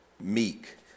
meek